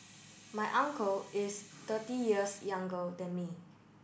my uncle is thirty years younger than me